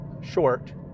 short